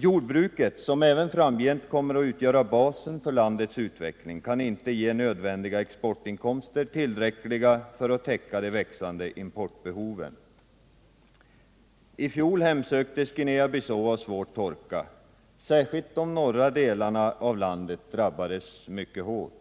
Jordbruket, som även framgent kommer att utgöra basen för landets utveckling, kan inte ge nödvändiga exportinkomster, tillräckliga för att täcka de växande importbehoven. I fjol hemsöktes Guinea Bissau av svår torka. Särskilt de norra delarna av landet drabbades mycket hårt.